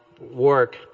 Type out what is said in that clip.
work